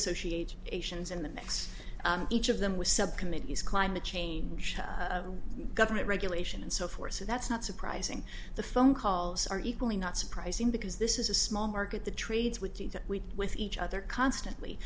associates ations in the mix each of them with subcommittees climate change government regulation and so forth so that's not surprising the phone calls are equally not surprising because this is a small market the trades with each week with each other constantly